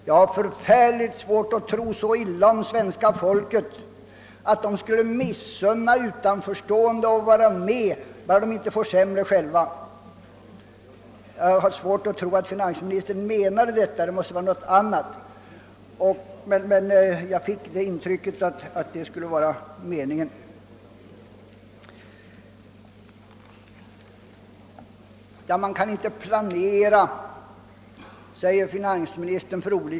Jag vill inte tro så illa om svenska folket, att man skulle missunna utomstående detta om man vet att man själv inte skall få det sämre, även om finansministern menade detta. Man kan inte planera för olika lägen, framhåller finansministern.